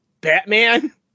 Batman